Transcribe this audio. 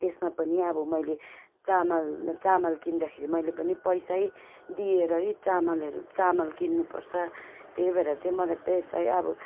त्यसमा पनि अब मैले चामल चामल किन्दाखेरि मैले पनि पैसै दिएरै चामलहरू चामल किन्नु पर्छ त्यही भएर चाहिँ मलाई पैसै अब